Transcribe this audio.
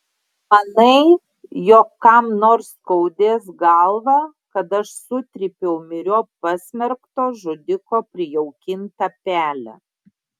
manai jog kam nors skaudės galvą kad aš sutrypiau myriop pasmerkto žudiko prijaukintą pelę